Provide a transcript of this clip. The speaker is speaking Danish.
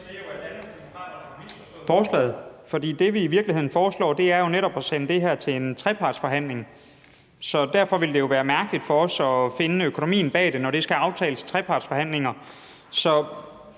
Danmarksdemokraterne har misforstået forslaget, for det, vi i virkeligheden foreslår, er jo netop at sende det her til en trepartsforhandling. Så derfor ville det jo være mærkeligt for os at finde økonomien til det, når det skal aftales i trepartsforhandlinger. Så